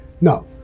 No